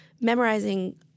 memorizing